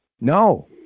No